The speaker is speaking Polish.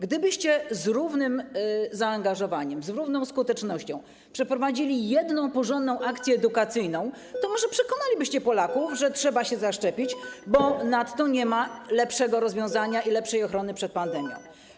Gdybyście z równym zaangażowaniem, z równą skutecznością przeprowadzili jedną porządną akcję edukacyjną, to może przekonalibyście Polaków, że trzeba się zaszczepić, bo nad to nie ma lepszego rozwiązania i lepszej ochrony przed pandemią.